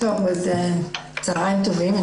צוהריים טובים.